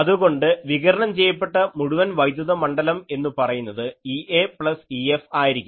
അതുകൊണ്ട് വികിരണം ചെയ്യപ്പെട്ട മുഴുവൻ വൈദ്യുത മണ്ഡലം എന്നു പറയുന്നത് EAപ്ലസ് EFആയിരിക്കും